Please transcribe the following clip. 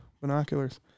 binoculars